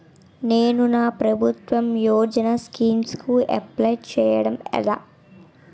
నేను నా ప్రభుత్వ యోజన స్కీం కు అప్లై చేయడం ఎలా?